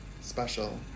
special